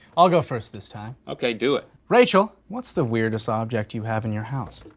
i'll go first this time. okay do it. rachel, what's the weirdest object you have in your house?